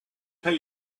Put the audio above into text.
paid